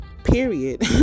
period